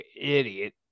idiot